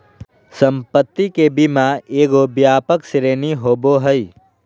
संपत्ति के बीमा एगो व्यापक श्रेणी होबो हइ